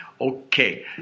okay